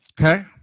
Okay